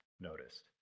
noticed